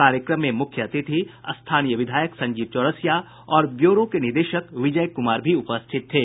कार्यक्रम में मुख्य अतिथि स्थानीय विधायक संजीव चौरसिया और ब्यूरो के निदेशक विजय कुमार भी उपस्थित थे